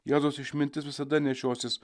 jėzaus išmintis visada nešiosis